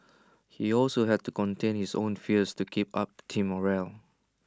he also had to contain his own fears to keep up team morale